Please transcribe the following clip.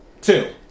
Two